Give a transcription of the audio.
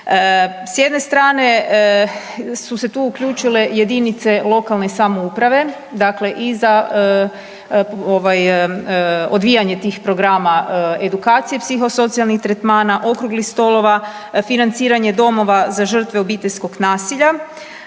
S jedne strane su se tu uključile jedinice lokalne samouprave, dakle i za ovaj odvijanje tih programa edukacije psihosocijalnih tretmana, okruglih stolova, financiranje domova za žrtve obiteljskog nasilja